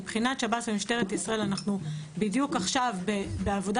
מבחינת שב"ס ומשטרת ישראל אנחנו בדיוק עכשיו בעבודה